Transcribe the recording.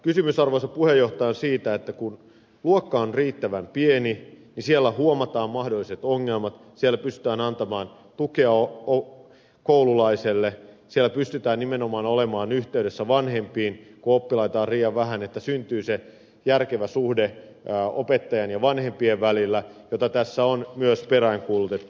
kysymys arvoisa puhemies on siitä että kun luokka on riittävän pieni niin siellä huomataan mahdolliset ongelmat siellä pystytään antamaan tukea koululaiselle siellä pystytään nimenomaan olemaan yhteydessä vanhempiin kun oppilaita on riittävän vähän että syntyy järkevä suhde opettajan ja vanhempien välille mitä tässä on myös peräänkuulutettu